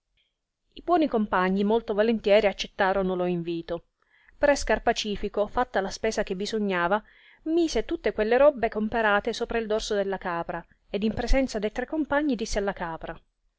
i buoni compagni molto volontieri accettorno lo invito pre scarpacifico fatta la spesa che bisognava mise tutte quelle robbe comperate sopra il dorso della capra ed in presenza de tre compagni disse alla capra